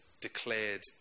declared